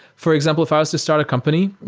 for example, if i was to start a company,